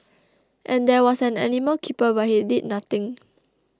and there was an animal keeper but he did nothing